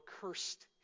cursed